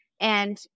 And-